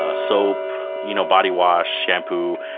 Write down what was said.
ah soap, you know body wash, shampoo,